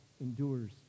endures